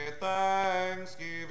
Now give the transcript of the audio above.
thanksgiving